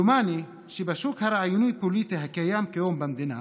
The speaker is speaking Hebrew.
דומני שבשוק הרעיוני הפוליטי הקיים כיום במדינה